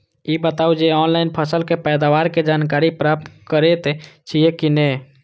ई बताउ जे ऑनलाइन फसल के पैदावार के जानकारी प्राप्त करेत छिए की नेय?